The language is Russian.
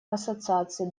ассоциации